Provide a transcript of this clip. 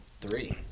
three